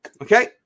Okay